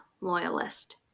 loyalist